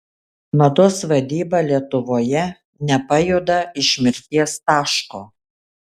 mados vadyba lietuvoje nepajuda iš mirties taško